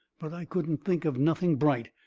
but i couldn't think of nothing bright,